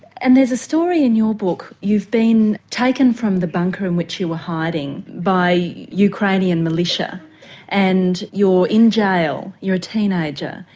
and there's a story in your book, you've been taken from the bunker in which you were hiding by ukrainian militia and you're in jail, you're a teenager,